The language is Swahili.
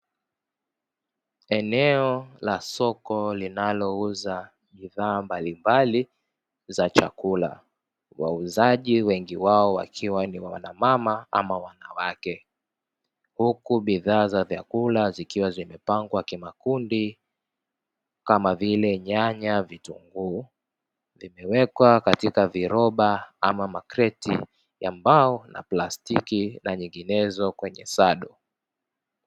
Eneo la soko linalouza bidhaa mbalimbali za chakula. Wauzaji wengi wao wakiwa ni wanamama ama wanawake, huku bidhaa za chakula zikiwa zimepangwa kimakundi kama vile nyanya, vitunguu, vimewekwa katika viroba ama makreti ya mbao na plastiki na nyinginezo kwenye sado.